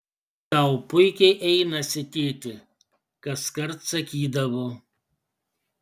tau puikiai einasi tėti kaskart sakydavo